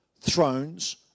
thrones